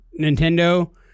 Nintendo